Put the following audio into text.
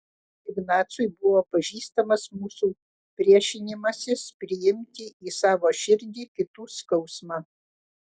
ignacui buvo pažįstamas mūsų priešinimasis priimti į savo širdį kitų skausmą